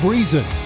Reason